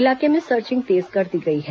इलाके में सर्चिंग तेज कर दी गई हैं